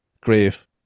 grave